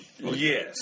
Yes